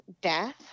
death